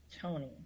Tony